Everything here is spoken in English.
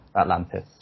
Atlantis